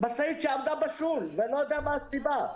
משאית שעמדה בשול, ואני לא יודע מה הסיבה.